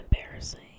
embarrassing